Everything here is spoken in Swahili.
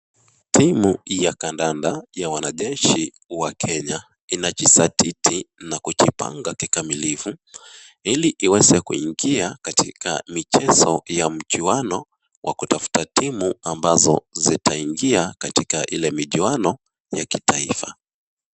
Timu ya kandanda ya wanajeshi wa Kenya inajizatiti na kujipanga kikamilifu. Iliiweze kuingia katika michezo ya mchuano wa kutafuta timu ambazo zitaingia katika ile mchuano ya kitaifa.